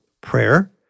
prayer